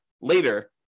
later